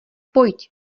pojď